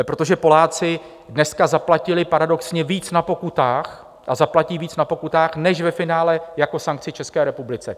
Protože Poláci dneska zaplatili paradoxně víc na pokutách a zaplatí víc na pokutách než ve finále jako sankci České republice.